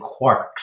Quarks